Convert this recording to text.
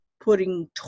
putting